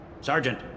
Sergeant